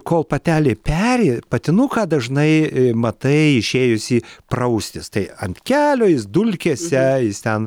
kol patelė peri patinuką dažnai matai išėjusį praustis tai ant kelio jis dulkėse jis ten